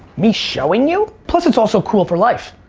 me showing you, plus it's also cool for life.